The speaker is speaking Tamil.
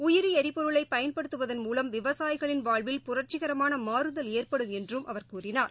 உயிரிளரிபொருளைபயன்படுத்துவதன் மூலம் விவசாயிகளின் வாழ்வில் புரட்சிகரமானமாறுதல் ஏற்படும் என்றும் அவர் கூறினார்